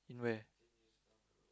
in where